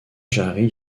jarry